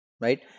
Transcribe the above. Right